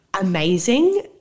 amazing